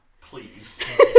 please